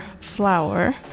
flour